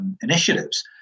initiatives